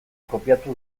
kopiatu